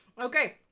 Okay